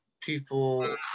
people